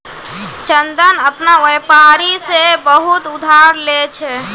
चंदन अपना व्यापारी से बहुत उधार ले छे